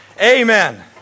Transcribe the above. Amen